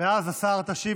תודה רבה.